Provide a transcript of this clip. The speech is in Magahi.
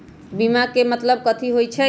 बीमा के मतलब कथी होई छई?